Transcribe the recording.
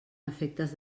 efectes